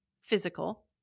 physical